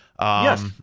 Yes